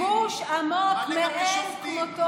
שיבוש עמוק מאין כמותו.